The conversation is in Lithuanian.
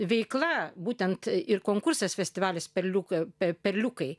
veikla būtent ir konkursas festivalis perliukai perliukai